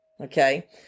Okay